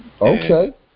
Okay